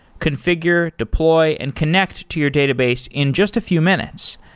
configure, deploy, and connect to your database in just a few minutes.